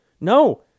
no